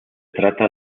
trata